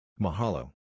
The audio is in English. Mahalo